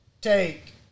take